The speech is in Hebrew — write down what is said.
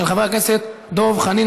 של חבר הכנסת דב חנין.